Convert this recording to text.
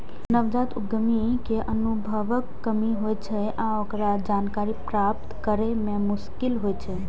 नवजात उद्यमी कें अनुभवक कमी होइ छै आ ओकरा जानकारी प्राप्त करै मे मोश्किल होइ छै